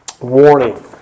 warning